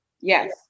Yes